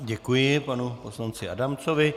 Děkuji panu poslanci Adamcovi.